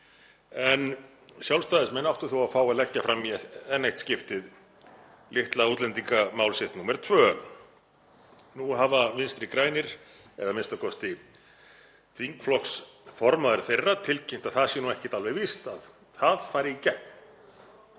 en Sjálfstæðismenn áttu þó að fá að leggja fram í enn eitt skiptið litla útlendingamál sitt númer tvö. Nú hafa Vinstri grænir, eða a.m.k. þingflokksformaður þeirra, tilkynnt að það sé ekki alveg víst að það fari í gegn.